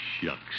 Shucks